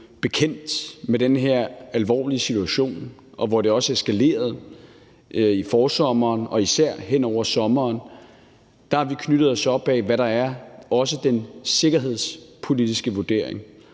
bekendt med den her alvorlige situation, hvor det også eskalerede i forsommeren og især hen over sommeren, knyttet os op ad, hvad der er også den sikkerhedspolitiske vurdering.